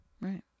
Right